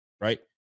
Right